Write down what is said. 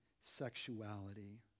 sexuality